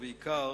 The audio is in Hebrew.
ובעיקר